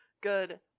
good